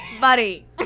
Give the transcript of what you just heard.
buddy